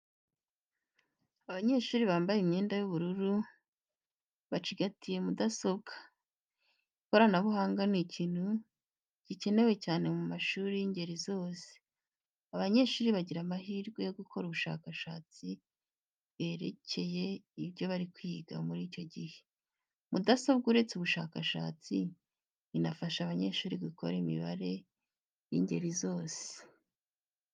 Abanyeshuri bambaye imyenda y'ubururu, bacigatiye mudasobwa. Ikoranabuhanga ni ikintu gikenewe cyane mu mashuri y'ingeri zose, abanyeshuri bagira amahirwe yo gukora ubushakashatsi bwerekeye ibyo bari kwiga muri icyo gihe. Mudasobwa uretse ubushakashatsi inafasha abanyeshuri gukora imibare y'ingeri zose.